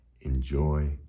enjoy